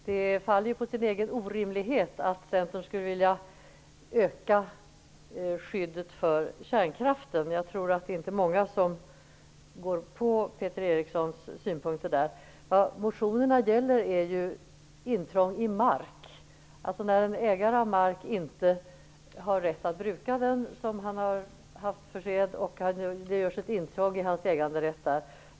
Herr talman! Det faller på sin egen orimlighet att Centern skulle vilja öka skyddet för kärnkraften. Jag tror inte att det är många som går på Peter Erikssons synpunkter i fråga om detta. Motionerna handlar ju om intrång i mark, alltså när en ägare av mark inte har rätt att bruka den som han tidigare har gjort och det görs intrång i hans äganderätt.